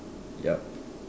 yup